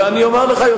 אני הייתי פה.